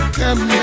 come